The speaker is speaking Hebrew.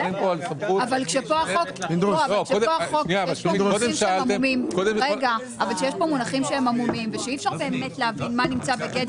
אבל יש כאן מונחים שהם עמומים ואי אפשר באמת להבין מה נמצא.